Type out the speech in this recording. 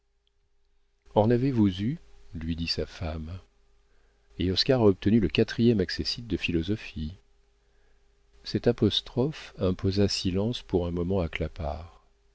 en avez-vous eu lui dit sa femme et oscar a obtenu le quatrième accessit de philosophie cette apostrophe imposa silence pour un moment à clapart